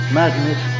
madness